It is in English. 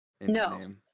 No